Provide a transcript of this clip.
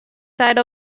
side